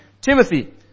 Timothy